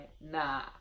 Nah